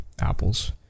apples